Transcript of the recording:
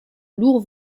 lourds